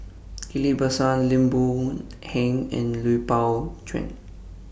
Ghillie BaSan Lim Boon Heng and Lui Pao Chuen